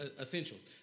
essentials